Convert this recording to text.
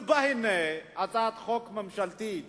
ובאים עם הצעת חוק ממשלתית